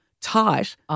tight